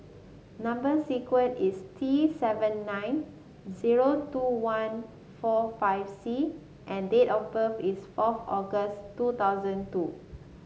number sequence is T seven nine zero two one four five C and date of birth is fourth August two thousand two